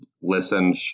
listen